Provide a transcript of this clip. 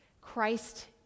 Christ